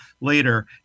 later